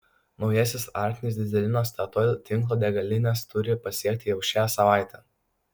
naujasis arktinis dyzelinas statoil tinklo degalines turi pasiekti jau šią savaitę